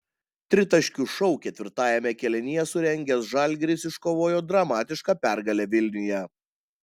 tritaškių šou ketvirtajame kėlinyje surengęs žalgiris iškovojo dramatišką pergalę vilniuje